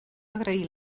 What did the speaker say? agrair